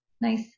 nice